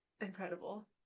Incredible